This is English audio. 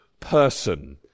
person